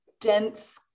dense